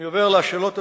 אני עובר לשאלות הנוספות.